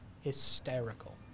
Hysterical